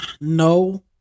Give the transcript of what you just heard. no